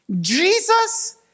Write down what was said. Jesus